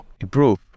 improve